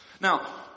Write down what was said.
Now